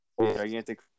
gigantic